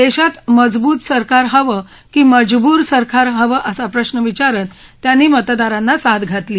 देशात मजबूत सरकार हवं की मजबूर सरकार हवं असा प्रश्न विचारत त्यांनी मतदारांना साद घातली